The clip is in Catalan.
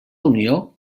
unió